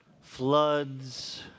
floods